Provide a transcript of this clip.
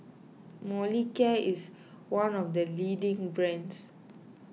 Molicare is one of the leading brands